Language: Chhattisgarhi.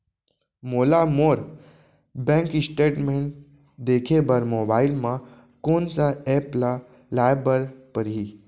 मोला मोर बैंक स्टेटमेंट देखे बर मोबाइल मा कोन सा एप ला लाए बर परही?